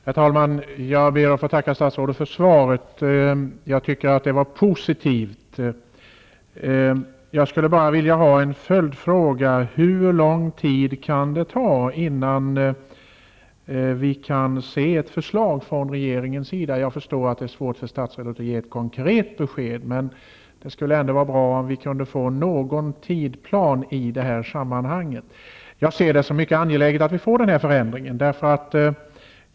Herr talman! Jag ber att få tacka statsrådet för svaret. Jag tycker att det var positivt. Jag vill ställa en följdfråga. Hur lång tid kan det ta innan det kommer ett förslag från regeringen? Jag förstår att det är svårt för statsrådet att ge ett konkret besked. Men det skulle ändå vara bra om vi i detta sammanhang kunde få någon tidsplan. Jag ser det som mycket angeläget att vi får till stånd denna förändring.